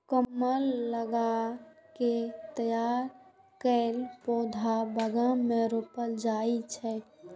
कलम लगा कें तैयार कैल पौधा बगान मे रोपल जाइ छै